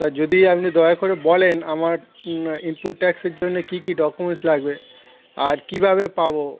তা যদি আপনি দয়া করে বলেন আমার ইনপুট ট্যাক্সের জন্য কী কী ডকুমেন্টস লাগবে আর কীভাবে পাবো